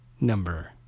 number